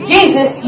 Jesus